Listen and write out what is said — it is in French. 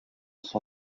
son